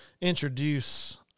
introduce